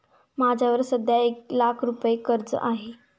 माझ्यावर सध्या एक लाख रुपयांचे कर्ज आहे